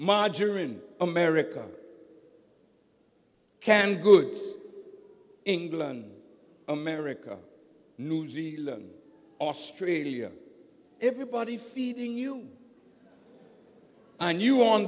margarine america canned goods england america new zealand australia everybody feeding you and you on